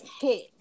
hit